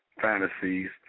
fantasies